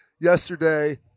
yesterday